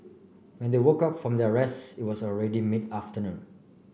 when they woke up from their rest it was already mid afternoon